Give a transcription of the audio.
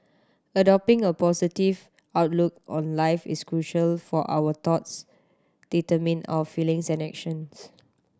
adopting a positive outlook on life is crucial for our thoughts determine our feelings and actions